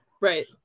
Right